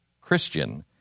Christian